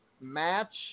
match